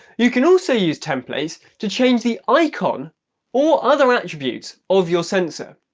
you can also use templates to change the icon or other attributes of your sensor